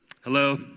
Hello